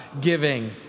giving